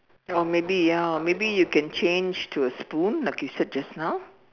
or maybe ya or maybe you can change to a spoon like you said just now